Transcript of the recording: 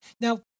Now